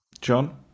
John